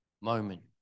moment